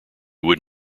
would